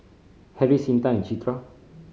Harris Intan and Citra